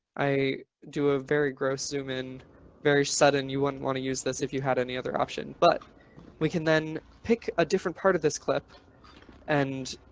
i do a very gross zoom in very sudden, you wouldn't want to use this if you had any other option, but we can then pick a different part of this clip and